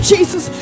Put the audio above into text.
Jesus